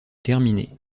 terminée